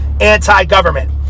anti-government